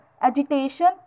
Agitation